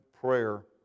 prayer